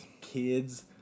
kids